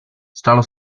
stalo